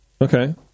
Okay